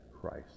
Christ